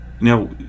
Now